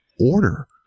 Order